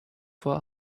for